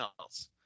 else